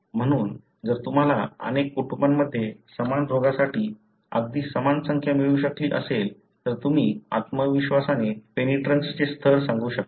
म्हणून जर तुम्हाला अनेक कुटुंबांमध्ये समान रोगासाठी अगदी समान संख्या मिळू शकली असेल तर तुम्ही आत्मविश्वासाने पेनिट्रन्सचे स्तर सांगू शकता